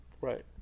Right